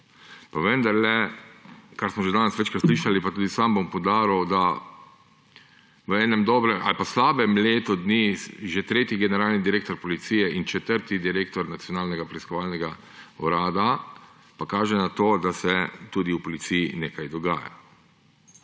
zaupa. Danes smo že večkrat slišali pa tudi sam bom poudaril, v enem slabem letu dni že tretji generalni direktor Policije in četrti direktor Nacionalnega preiskovalnega urada pa kaže na to, da se tudi v Policiji nekaj dogaja.